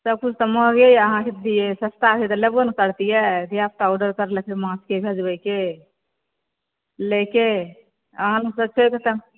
सभ किछु तऽ महँगे अइ अहाँ कहै छियै सस्ता होइत तऽ लेबो ने करितहुॅं धिया पूता ऑर्डर करले छै माछके लए कऽ अहाँ सस्ते